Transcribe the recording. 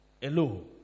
Hello